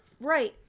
right